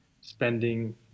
Spending